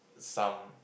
some